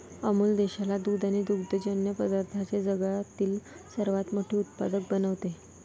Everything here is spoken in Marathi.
अमूल देशाला दूध आणि दुग्धजन्य पदार्थांचे जगातील सर्वात मोठे उत्पादक बनवते